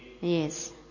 Yes